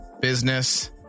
Business